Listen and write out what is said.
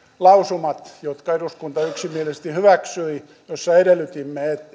lausumat jotka eduskunta yksimielisesti hyväksyi joissa edellytimme